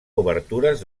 obertures